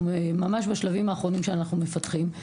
ממש בשלבים האחרונים שאנחנו מפתחים,